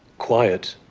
quiet,